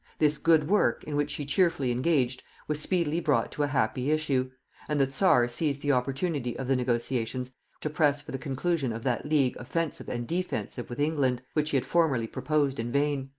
this good work, in which she cheerfully engaged, was speedily brought to a happy issue and the czar seized the opportunity of the negotiations to press for the conclusion of that league offensive and defensive with england, which he had formerly proposed in vain.